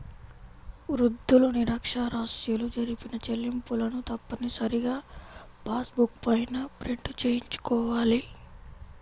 వృద్ధులు, నిరక్ష్యరాస్యులు జరిపిన చెల్లింపులను తప్పనిసరిగా పాస్ బుక్ పైన ప్రింట్ చేయించుకోవాలి